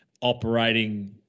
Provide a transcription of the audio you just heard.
operating